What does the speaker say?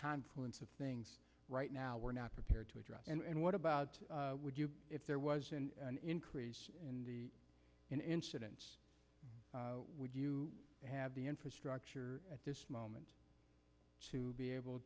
confluence of things right now we're not prepared to address and what about would you if there was an increase in the incidence would you have the infrastructure at this moment to be able